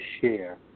share